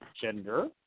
Gender